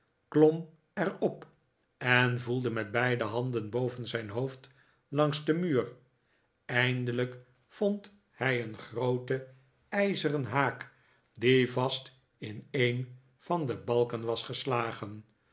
er op en voelde met beide handen boven zijn hoofd langs den muur eindelijk vond hij een grooten ijzeren haak die vast in een van de balken was geslagen